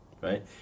right